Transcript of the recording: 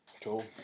Cool